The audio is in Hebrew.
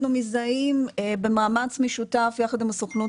אנחנו מזהים במאמץ משותף יחד עם הסוכנות